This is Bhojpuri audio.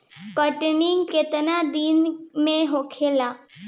कटनी केतना दिन में होखेला?